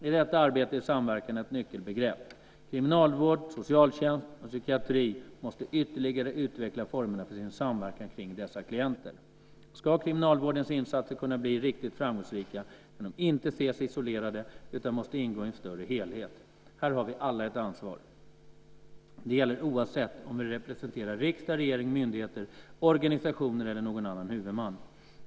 I detta arbete är samverkan ett nyckelbegrepp. Kriminalvård, socialtjänst och psykiatri måste ytterligare utveckla formerna för sin samverkan kring dessa klienter. Ska kriminalvårdens insatser kunna bli riktigt framgångsrika kan de inte ses isolerade, utan måste ingå i en större helhet. Här har vi alla ett ansvar. Det gäller oavsett om vi representerar riksdag, regering, myndigheter, organisationer eller någon annan huvudman.